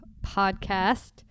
podcast